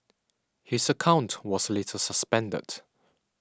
his account was later suspended